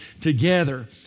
together